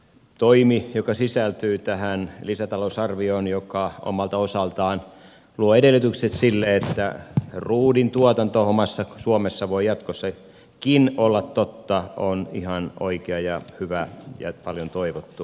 toimi joka sisältyy tähän lisätalousarvioon joka omalta osaltaan luo edellytykset sille että ruudin tuotanto omassa suomessa voi jatkossakin olla totta on ihan oikea ja hyvä ja paljon toivottu toimi